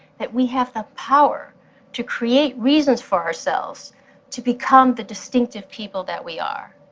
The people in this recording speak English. that we have the power to create reasons for ourselves to become the distinctive people that we are.